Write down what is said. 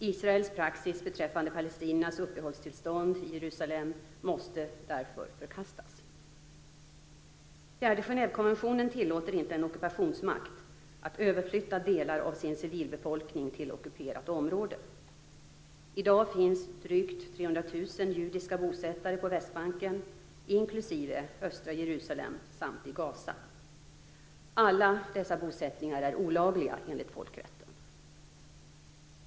Israels praxis beträffande palestiniers uppehållstillstånd i Jerusalem måste därför förkastas. Fjärde Genèvekonventionen tillåter inte en ockupationsmakt att överflytta delar av sin civilbefolkning till ockuperat område. I dag finns drygt 300 000 judiska bosättare på Västbanken, inklusive östra Jerusalem, samt i Gaza. Alla dessa bosättningar är olagliga enligt folkrätten.